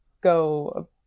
go